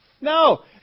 No